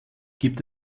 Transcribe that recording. gibt